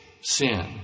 sin